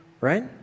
right